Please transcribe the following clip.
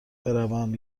بروم